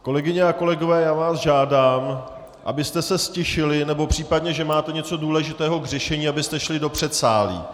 Kolegyně a kolegové, já vás žádám abyste se ztišili, nebo v případě, že máte něco důležitého k řešení, abyste šli do předsálí.